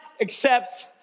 accepts